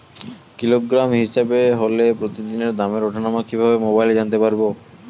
Kilogram হিসাবে হলে প্রতিদিনের দামের ওঠানামা কিভাবে মোবাইলে জানতে পারবো?